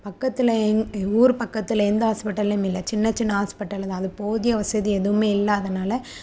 பக்கத்தில் எங்க ஊர் பக்கத்தில் எந்த ஹாஸ்பிட்டலும் இல்லை சின்ன சின்ன ஹாஸ்பிட்டலு தான் அது போதிய வசதி எதுவுமே இல்லாதனால்